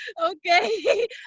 okay